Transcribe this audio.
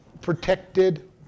protected